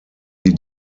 die